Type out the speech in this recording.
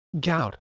gout